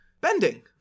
bending